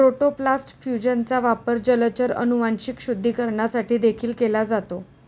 protoplast फ्यूजनचा वापर जलचर अनुवांशिक शुद्धीकरणासाठी देखील केला जातो